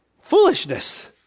foolishness